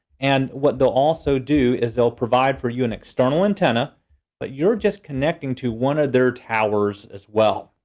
and what they'll also do is they'll provide for you an external antenna that you're just connecting to one of their towers as well,